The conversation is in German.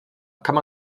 kann